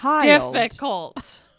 difficult